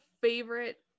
favorite